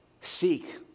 Seek